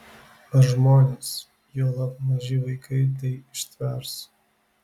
ar žmonės juolab maži vaikai tai ištvers